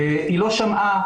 והיא לא שמעה,